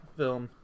film